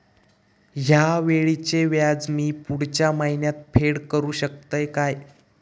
हया वेळीचे व्याज मी पुढच्या महिन्यात फेड करू शकतय काय?